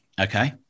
Okay